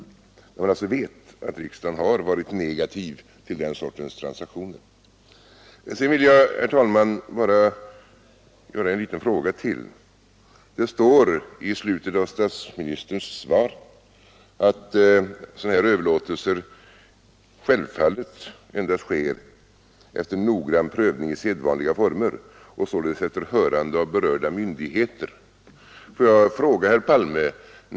Riksdagen har som sagt varit negativ till den sortens transaktioner. Sedan vill jag, herr talman, bara framställa en liten fråga till. Det står i slutet av statsministerns svar att sådana här överlåtelser självfallet endast sker efter noggrann prövning i sedvanliga former och således efter hörande av berörda myndigheter.